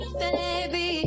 baby